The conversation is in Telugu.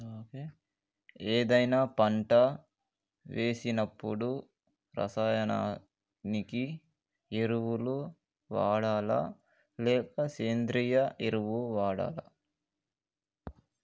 ఏదైనా పంట వేసినప్పుడు రసాయనిక ఎరువులు వాడాలా? లేక సేంద్రీయ ఎరవులా?